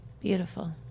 beautiful